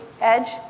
edge